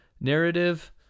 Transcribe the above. narrative